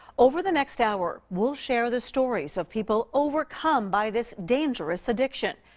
over the next hour, we'll share the stories of people overcome by this dangerous addiction.